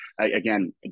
again